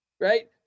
right